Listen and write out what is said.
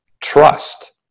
trust